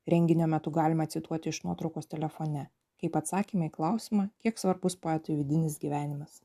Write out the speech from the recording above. renginio metu galima cituoti iš nuotraukos telefone kaip atsakymą į klausimą kiek svarbus pats vidinis gyvenimas